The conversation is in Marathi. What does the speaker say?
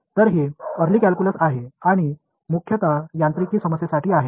तर हे अरली कॅल्क्युलस आहे आणि मुख्यत यांत्रिकी समस्यांसाठी आहे